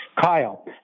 Kyle